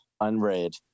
Unread